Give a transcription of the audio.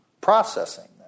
processing